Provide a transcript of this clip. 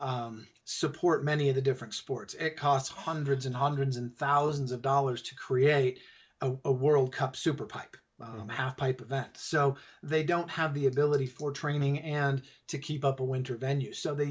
support many of the different sports it costs hundreds and hundreds and thousands of dollars to create a world cup super pac halfpipe event so they don't have the ability for training and to keep up a winter venue so they